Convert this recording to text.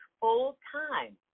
full-time